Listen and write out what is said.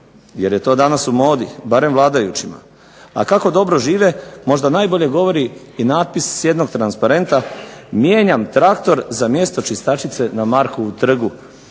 jer je to danas u modi, barem vladajućima, a kako dobro žive možda najbolje govori i natpis s jednog transparenta mijenjam traktor za mjesto čistačice na Markovu trgu.